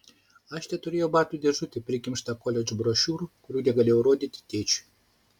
aš teturėjau batų dėžutę prikimštą koledžų brošiūrų kurių negalėjau rodyti tėčiui